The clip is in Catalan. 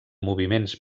moviments